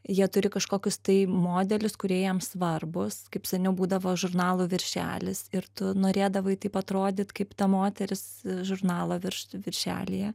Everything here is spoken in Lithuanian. jie turi kažkokius tai modelius kurie jiem svarbūs kaip seniau būdavo žurnalų viršelis ir tu norėdavai taip atrodyt kaip ta moteris žurnalo virš viršelyje